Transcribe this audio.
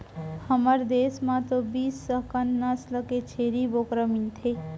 हमर देस म तो बीस अकन नसल के छेरी बोकरा मिलथे